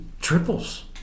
triples